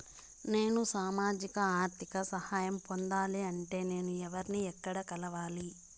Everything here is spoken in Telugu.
నేను సామాజిక ఆర్థిక సహాయం పొందాలి అంటే నేను ఎవర్ని ఎక్కడ కలవాలి?